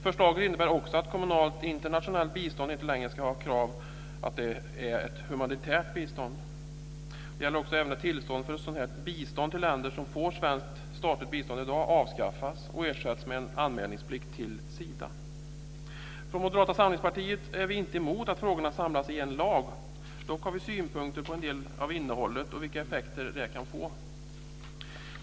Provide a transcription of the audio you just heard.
Förslaget innebär också att kommunalt internationellt bistånd inte längre ska ha som krav att det är humanitärt bistånd. Det gäller också att tillstånd för sådant bistånd till länder som får svenskt statligt bistånd i dag avskaffas och ersätts med en anmälningsplikt till Från Moderata samlingspartiet är vi inte emot att frågorna samlas i en lag. Dock har vi synpunkter på en del av innehållet och vilka effekter det kan få.